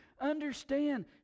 Understand